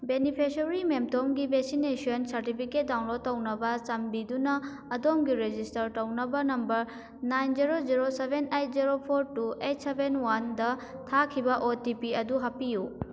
beneficiary ꯃꯦꯝꯇꯣꯟꯒꯤ vaccination certificate download ꯇꯧꯅꯕ ꯆꯥꯟꯕꯤꯗꯨꯅ ꯑꯗꯣꯝꯒꯤ ꯔꯦꯖꯤꯁꯇꯔ ꯇꯧꯔꯕ number nine zero zero seven eight zero four two eight seven one ꯊꯥꯈꯤꯕ ꯑꯣ ꯇꯤ ꯄꯤ ꯑꯗꯨ ꯍꯥꯞꯄꯤꯌꯨ